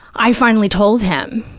i finally told him,